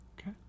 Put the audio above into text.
Okay